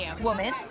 woman